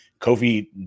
Kofi